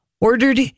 ordered